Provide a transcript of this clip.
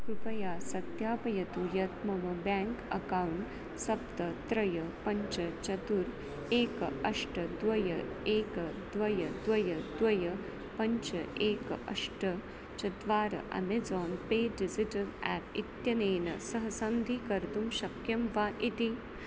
कृपया सत्यापयतु यत् मम बेङ्क् अकौण्ट् सप्त त्रीणि पञ्च चतुर्थ एकं अष्ट द्वे एकं द्वे द्वे द्वे पञ्च एकम् अष्ट चत्वारि अमेज़ान् पे डिज़िटल् एप् इत्यनेन सह सन्धिं कर्तुं शक्यं वा इति